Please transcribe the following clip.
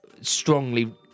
strongly